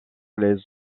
les